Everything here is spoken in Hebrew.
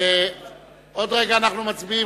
עוד רגע אנחנו מצביעים.